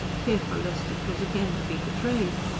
fearful lest it was again to be betrayed.